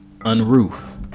unroof